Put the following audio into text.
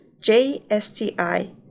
J-S-T-I